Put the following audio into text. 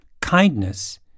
Kindness